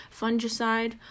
fungicide